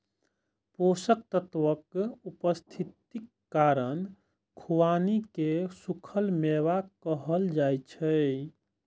पोषक तत्वक उपस्थितिक कारण खुबानी कें सूखल मेवा कहल जाइ छै